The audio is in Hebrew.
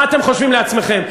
מה אתם חושבים לעצמכם,